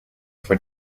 for